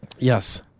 yes